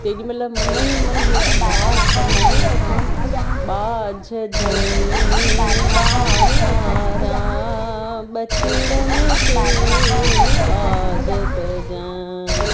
तेॾीमहिल मन ई मन हीअ अरदास कंदा आहियूं असां ॿाछडणी ॿाझारा ॿचड़नि ते ॿाझ कजाइं